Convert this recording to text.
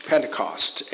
Pentecost